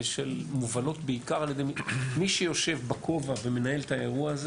מי שיושב בכובע ומנהל את האירוע הזה